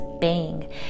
bang